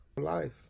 Life